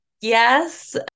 yes